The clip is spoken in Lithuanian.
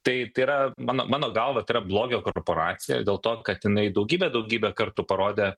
tai tai yra mano mano galva tai yra blogio korporacija dėl to kad jinai daugybę daugybę kartų parodė